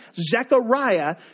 Zechariah